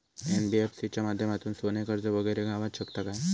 NBFC च्या माध्यमातून सोने कर्ज वगैरे गावात शकता काय?